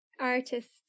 Artists